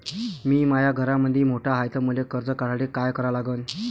मी माया घरामंदी मोठा हाय त मले कर्ज काढासाठी काय करा लागन?